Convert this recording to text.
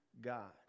God